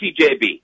CJB